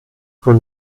con